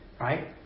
right